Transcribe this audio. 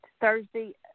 Thursday